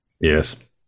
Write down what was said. Yes